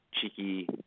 cheeky